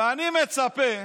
ואני מצפה,